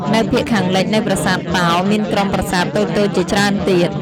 នៅភាគខាងលិចនៃប្រាសាទតោ មានក្រុមប្រាសាទតូចៗជាច្រើនទៀត។